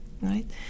right